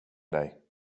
dig